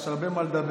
יש הרבה על מה לדבר.